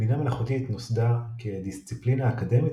בינה מלאכותית נוסדה כדיסציפלינה אקדמית